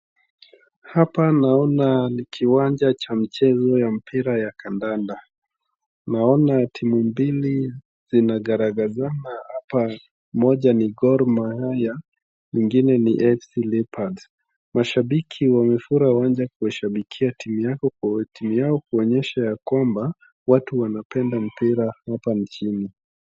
Hapa naona ni kiwanja cha mchezo ya mpira ya kandanda. Naona timu mbili zinagaragazana hapa, moja ni Gor Mahia ingine ni AFC Leopards. Mashabiki wamefura uwanja kuwashabikia timu yao kuonyesha ya kwamba watu wanapenda mpira hapa nchini.